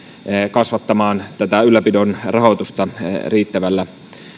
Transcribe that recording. kasvattamaan tätä ylläpidon rahoitusta riittävällä